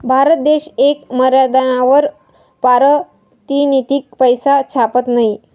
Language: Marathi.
भारत देश येक मर्यादानावर पारतिनिधिक पैसा छापत नयी